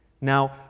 Now